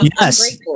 Yes